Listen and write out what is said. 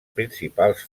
principals